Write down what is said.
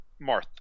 Marth